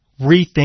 rethink